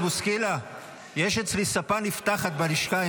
יש אצלי ספה נפתחת בלשכה,